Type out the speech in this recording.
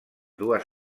dues